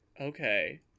Okay